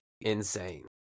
insane